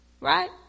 right